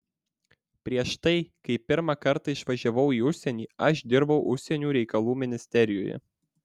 prieš tai kai pirmą kartą išvažiavau į užsienį aš dirbau užsienio reikalų ministerijoje